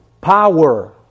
power